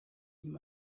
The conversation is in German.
ihm